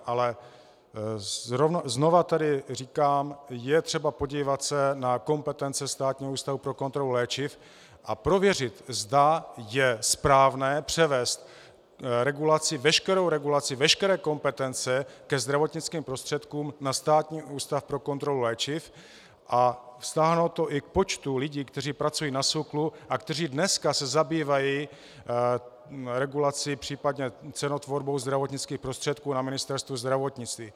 Ale znovu tady říkám: je třeba podívat se na kompetence Státního ústavu pro kontrolu léčiv a prověřit, zda je správné převést veškerou regulaci, veškeré kompetence ke zdravotnickým prostředkům na Státní ústav pro kontrolu léčiv, a vztáhnout to i k počtu lidí, kteří pracují na SÚKLu a kteří se dneska zabývají regulací, případně cenotvorbou zdravotnických prostředků na Ministerstvu zdravotnictví.